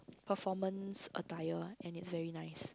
performance attire and it's very nice